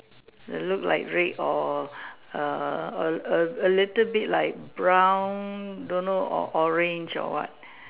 the look like red or err a A little bit like brown don't know orange or what